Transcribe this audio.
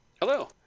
hello